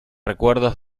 recuerdos